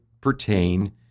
pertain